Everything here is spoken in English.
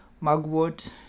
Mugwort